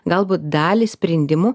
galbūt dalį sprendimų